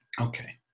Okay